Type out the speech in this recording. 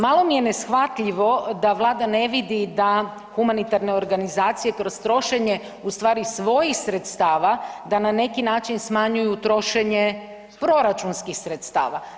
Malo mi je neshvatljivo da Vlada ne vidi da humanitarne organizacije kroz trošenje ustvari svojih sredstava, da na neki način smanjuju trošenje proračunskih sredstava.